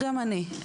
גם אני.